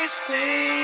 stay